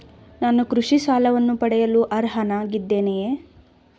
ನಾನು ಕೃಷಿ ಸಾಲವನ್ನು ಪಡೆಯಲು ಅರ್ಹನಾಗಿದ್ದೇನೆಯೇ?